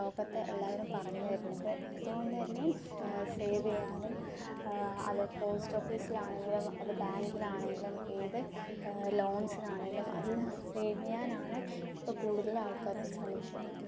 ലോകത്തെ എല്ലാവരും പറഞ്ഞ് തരുന്നത് അത്കൊണ്ട് തന്നെ സേവ് ചെയ്യാനും അത് പോസ്റ്റ് ഓഫീസിലാണെങ്കിലും അത് ബാങ്കിലാണെങ്കിലും ഏത് ലോൺസിനാണെങ്കിലും അത് സേവ് ചെയ്യാനാണ് ഇപ്പോൾ കൂടുതലും ആൾക്കാരും ശ്രമിക്കുന്നത്